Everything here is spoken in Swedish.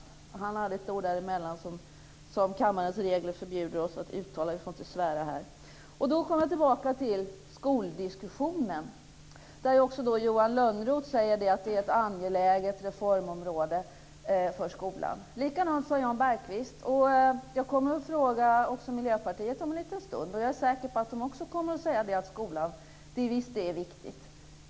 Han hade ett ord däremellan också, som kammarens regler förbjuder oss att uttala - vi får inte svära här. Då kommer jag tillbaka till skoldiskussionen, där också Johan Lönnroth säger att skolan är ett angeläget reformområde. Jan Bergqvist sade samma sak. Jag kommer att fråga Miljöpartiet om en stund, och jag är säker på att de också kommer att säga att skolan är viktig.